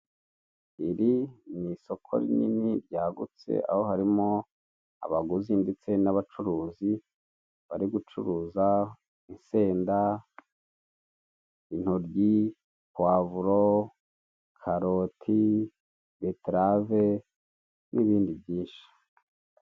Iri ni isoko rinini ryagutse; aho harimo abaguzi ndetse n'abacuruzi bari gucuruza insenda, intoryi, puwavuro, karoti, beterave n'ibindi byinshi.